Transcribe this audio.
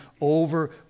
over